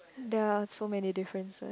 there're so many differences